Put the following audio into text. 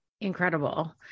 incredible